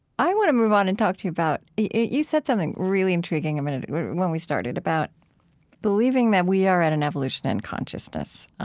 i want to move on and talk to you about you said something really intriguing a minute ago, when we started, about believing that we are at an evolution in consciousness,